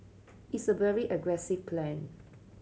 it's a very aggressive plan